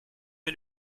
mes